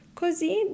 così